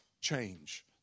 change